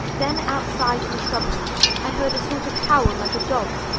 then outside in the shrubbery i heard a sort of howl like a dog's,